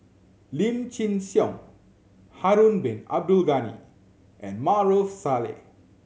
Lim Chin Siong Harun Bin Abdul Ghani and Maarof Salleh